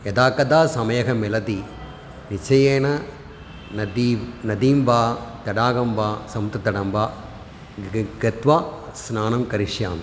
यदा कदा समयः मिलति निश्चयेन नदीं नदीं वा तडागं वा समुद्रतटं वा ग् गत्वा स्नानं करिष्यामि